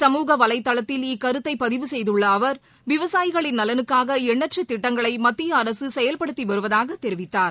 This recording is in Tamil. சமூக வலைதளத்தில் இக்கருத்தைபதிவு செய்துள்ள அவர் விவசாயிகளின் நலனுக்காகஎண்ணற்றதிட்டங்களைமத்தியஅரசுசெயல்படுத்திவருவதாகதெரிவித்தார்